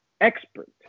expert